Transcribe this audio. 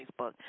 Facebook